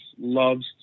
loves